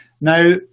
Now